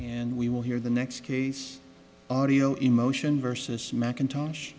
and we will hear the next audio emotion versus macintosh